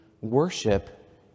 worship